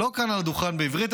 לא כאן על הדוכן בעברית,